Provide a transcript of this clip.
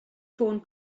ffôn